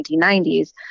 1990s